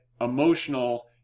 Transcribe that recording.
emotional